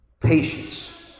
Patience